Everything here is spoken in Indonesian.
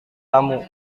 tamu